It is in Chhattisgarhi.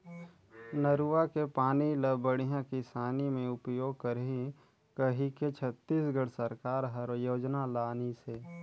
नरूवा के पानी ल बड़िया किसानी मे उपयोग करही कहिके छत्तीसगढ़ सरकार हर योजना लानिसे